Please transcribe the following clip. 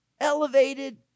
elevated